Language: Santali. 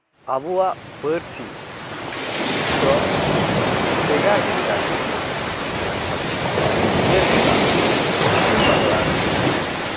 ᱟᱵᱚᱣᱟᱜ ᱯᱟᱹᱨᱥᱤ ᱫᱚ ᱵᱷᱮᱜᱟᱨ ᱵᱷᱮᱜᱟᱨ ᱜᱮ ᱢᱮᱱᱟᱜ ᱛᱟᱵᱚᱱᱟ ᱡᱮᱞᱮᱠᱟ ᱯᱚᱥᱪᱤᱢ ᱵᱟᱝᱞᱟ ᱨᱮᱜᱮ